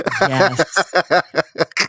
Yes